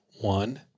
one